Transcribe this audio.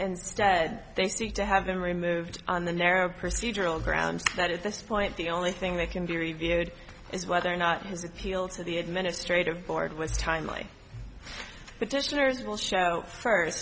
and stead they seek to have them removed on the narrow procedural grounds that at this point the only thing that can be reviewed is whether or not his appeal to the administrative board was timely the distillers will show first